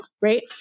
Right